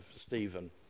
Stephen